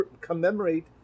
commemorate